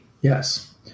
Yes